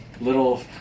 Little